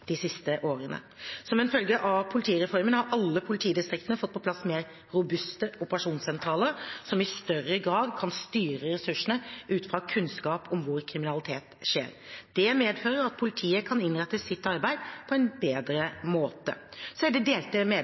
de siste årene. Som en følge av politireformen har alle politidistriktene fått på plass mer robuste operasjonssentraler som i større grad kan styre ressursene ut fra kunnskap om hvor kriminalitet skjer. Det medfører at politiet kan innrette sitt arbeid på en bedre måte. Så er det delte